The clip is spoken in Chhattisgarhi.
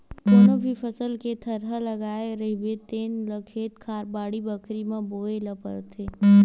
कोनो भी फसल के थरहा लगाए रहिबे तेन ल खेत खार, बाड़ी बखरी म बोए ल परथे